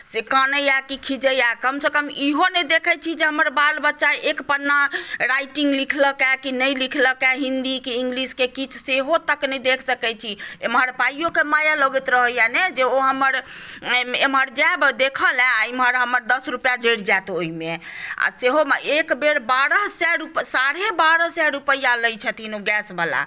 से कनैए कि खिजैए कमसँ कम इहो नहि देखैत छी जे हमर बाल बच्चा एक पन्ना राइटिंग लिखलकए कि नहि लिखलकए हिन्दी कि इंग्लिश कि किछु सेहो तक नहि देख सकैत छी एमहर पाइयोके माया लगैत रहैए ने जे ओ हमर एमहर जायब देखय लेल आ इमहर हमर दस रुपैआ जड़ि जायत ओहिमे आ सेहो एकबेर बारह सए साढ़े बारह सए रुपैआ लैत छथिन गैसवला